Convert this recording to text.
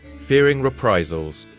fearing reprisals,